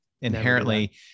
inherently